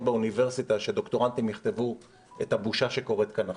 באוניברסיטה כשדוקטורנטים יכתבו על הבושה שקורית כאן עכשיו.